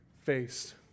faced